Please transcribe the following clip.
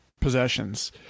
possessions